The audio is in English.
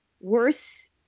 worse